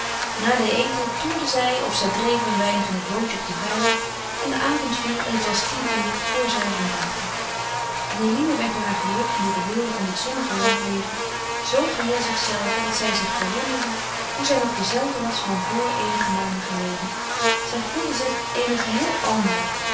na den eten toerden zij of zij dreven een weinig in het bootje op den vijver en de avond viel en het was tien uur voor zij er aan dachten en eline werd door haar geluk en door de weelde van dit zonnige landleven zoo geheel zichzelve dat zij zich verwonderde hoe zij nog dezelfde was van vr eenige maanden geleden zij gevoelde zich eene geheel andere